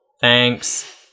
Thanks